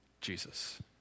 Jesus